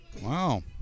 Wow